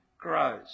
grows